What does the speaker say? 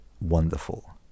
wonderful